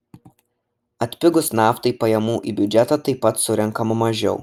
atpigus naftai pajamų į biudžetą taip pat surenkama mažiau